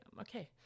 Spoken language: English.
Okay